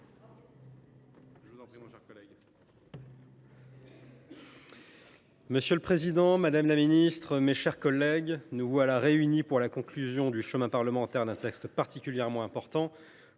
Monsieur le président, madame la ministre, mes chers collègues, nous voilà réunis pour la conclusion du chemin parlementaire d’un texte particulièrement important.